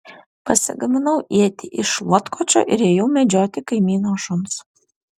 pasigaminau ietį iš šluotkočio ir ėjau medžioti kaimyno šuns